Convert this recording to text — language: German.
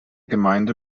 gemeinde